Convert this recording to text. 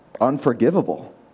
unforgivable